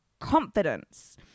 confidence